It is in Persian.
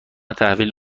تحویل